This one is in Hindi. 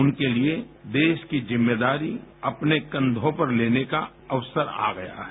उनके लिए देश की जिम्मेदारी अपने कन्धों पर लेने का अवसर आ गया है